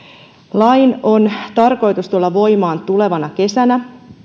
lain on tarkoitus tulla voimaan tulevana kesänä